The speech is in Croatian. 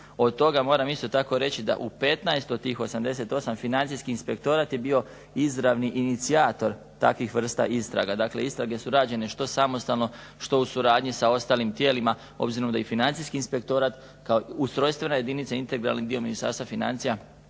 od toga moram isto tako reći da u 15 od tih 88 Financijski inspektorat je bio izravni inicijator takvih vrsta istraga. Dakle istrage su rađene što samostalno, što u suradnji sa ostalim tijelima obzirom da ih Financijski inspektorat kao ustrojstvena jedinica, integralni dio Ministarstva financija